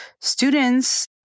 students